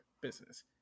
business